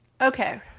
Okay